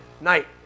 night